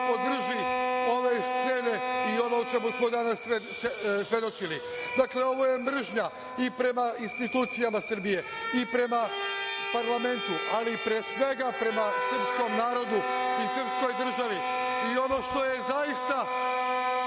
podrži ove scene i ovo čemu smo danas svedočili. Dakle, ovo je mržnja i prema institucijama Srbije i prema parlamentu, ali pre svega prema srpskom narodu i srpskoj državi. Ne zna se šta